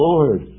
Lord